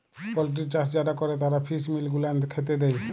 poultry চাষ যারা ক্যরে তারা ফিস মিল গুলান খ্যাতে দেই